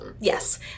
Yes